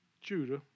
Judah